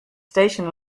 station